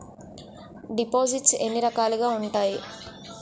దిపోసిస్ట్స్ ఎన్ని రకాలుగా ఉన్నాయి?